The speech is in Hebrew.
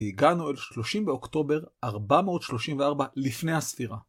הגענו אל 30 באוקטובר, 434 לפני הספירה.